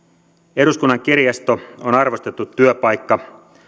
eduskunnan kirjasto on arvostettu työpaikka